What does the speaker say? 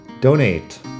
donate